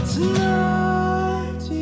Tonight